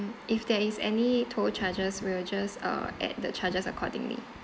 if there is any toll charges we'll just uh add the charges accordingly